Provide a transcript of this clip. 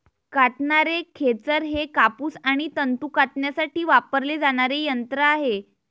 कातणारे खेचर हे कापूस आणि तंतू कातण्यासाठी वापरले जाणारे यंत्र आहे